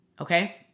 Okay